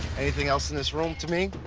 anything else in this room, to me,